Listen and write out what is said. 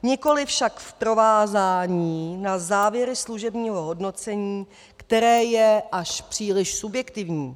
Nikoli však v provázání na závěry služebního hodnocení, které je až příliš subjektivní.